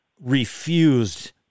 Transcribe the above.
refused